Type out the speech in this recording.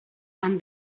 and